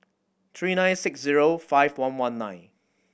three nine six zero five one one nine